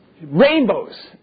rainbows